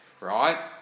right